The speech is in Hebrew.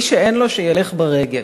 מי שאין לו, שילך ברגל,